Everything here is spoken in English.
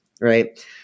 right